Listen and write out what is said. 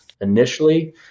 initially